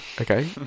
okay